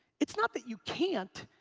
it's not that you can't,